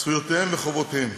זכויותיהם וחובותיהם.